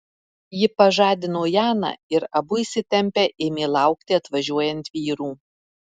ji pažadino janą ir abu įsitempę ėmė laukti atvažiuojant vyrų